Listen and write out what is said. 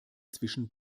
zwischen